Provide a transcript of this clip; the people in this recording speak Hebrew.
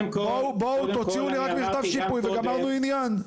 בואו, תוציאו לי רק מכתב שיפוי וגמרנו עניין.